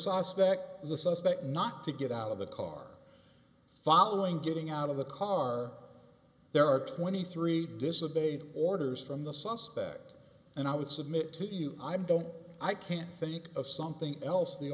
suspect is a suspect not to get out of the car following getting out of the car there are twenty three disobey orders from the suspect and i would submit to you i don't i can't think of something else the